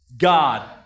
God